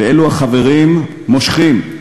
ואלו החברים, מושכים.